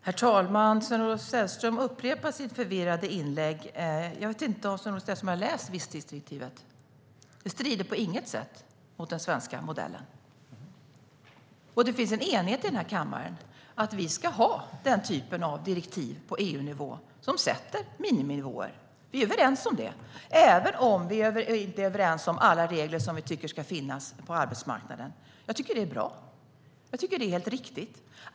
Herr talman! Sven-Olof Sällström upprepar sitt förvirrade inlägg. Jag vet inte om han har läst visstidsdirektivet. Det strider på inget sätt mot den svenska modellen. Det finns en enighet i den här kammaren om att vi ska ha den typ av direktiv på EU-nivå som sätter miniminivåer. Vi är överens om det även om vi inte är överens om alla regler som vi tycker ska finnas på arbetsmarknaden. Jag tycker att det är bra. Jag tycker att det är helt riktigt.